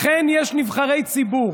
לכן יש נבחרי ציבור,